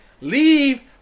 Leave